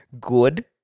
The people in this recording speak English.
good